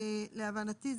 להבנתי,